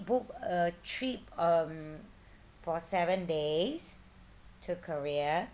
book a trip um for seven days to korea